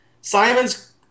Simon's